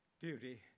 duty